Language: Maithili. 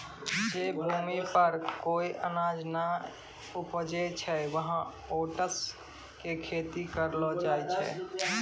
जै भूमि पर कोय अनाज नाय उपजै छै वहाँ ओट्स के खेती करलो जाय छै